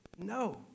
no